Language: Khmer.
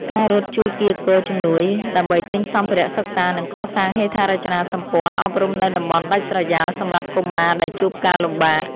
ការរត់ជួយកៀរគរជំនួយដើម្បីទិញសម្ភារៈសិក្សា និងកសាងហេដ្ឋារចនាសម្ព័ន្ធអប់រំនៅតំបន់ដាច់ស្រយាលសម្រាប់កុមារដែលជួបការលំបាក។